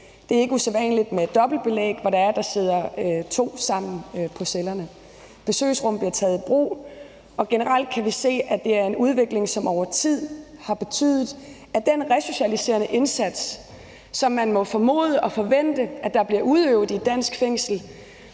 Det er ikke usædvanligt med dobbelt belægning, hvor der sidder to sammen i cellerne. Besøgsrum bliver taget i brug, og generelt kan vi se, at det er en udvikling, som over tid har betydet, at den resocialiserende indsats, som man må formode og forvente bliver udøvet i et dansk fængsel,